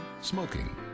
Smoking